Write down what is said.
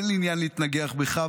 אין לי עניין להתנגח בך,